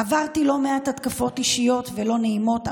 עברתי לא מעט התקפות אישיות ולא נעימות.